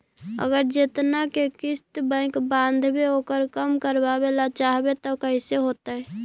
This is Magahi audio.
अगर जेतना के किस्त बैक बाँधबे ओकर कम करावे ल चाहबै तब कैसे होतै?